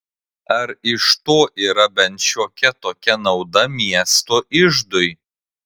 ar iš to yra bent šiokia tokia nauda miesto iždui